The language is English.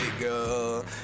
girl